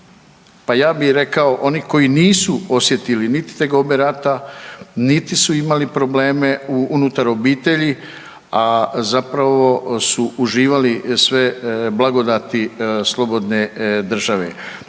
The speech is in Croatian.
pa ja bih rekao koji nisu osjetili niti tegobe rata, niti su imali probleme unutar obitelji, a zapravo su uživali sve blagodati slobodne države.